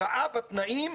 הרעה בתנאים,